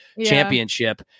championship